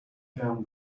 down